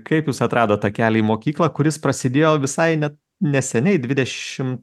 kaip jūs atradot tą kelią į mokyklą kuris prasidėjo visai net neseniai dvidešim